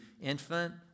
infant